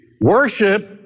Worship